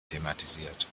thematisiert